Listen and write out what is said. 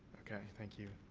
okay. thank you.